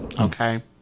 Okay